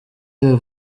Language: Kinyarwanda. iyo